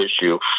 issue